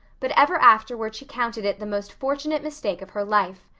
but ever afterward she counted it the most fortunate mistake of her life.